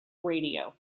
radio